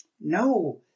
no